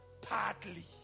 partly